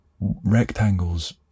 Rectangles